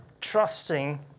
trusting